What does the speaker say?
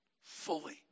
fully